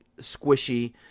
squishy